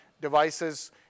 devices